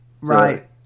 right